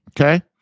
Okay